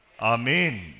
Amen